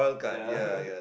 yeah